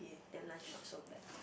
then lunch not so bad